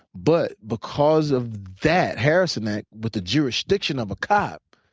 but because of that harrison act, with the jurisdiction of a cop,